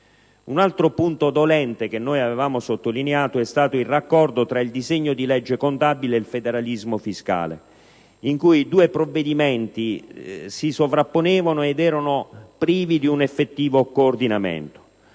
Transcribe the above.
Un altro punto dolente che noi avevamo sottolineato è stato il raccordo tra il disegno di legge contabile e il provvedimento sul federalismo fiscale, dal momento che i due provvedimenti si sovrapponevano ed erano privi di un effettivo coordinamento.